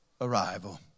arrival